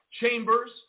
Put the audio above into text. chambers